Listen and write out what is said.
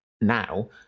now